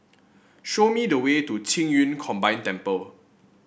show me the way to Qing Yun Combined Temple